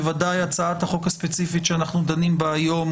בוודאי הצעת החוק הספציפית שאנחנו דנים בה היום